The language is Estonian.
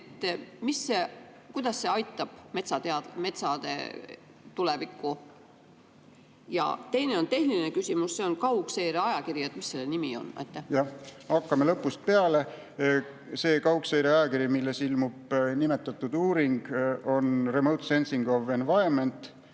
kuidas see aitab metsade tulevikku. Teine on tehniline küsimus. Kaugseire ajakiri, mis selle nimi on? Hakkame lõpust peale. See kaugseire ajakiri, milles ilmub nimetatud uuring, on Remote Sensing of Environment.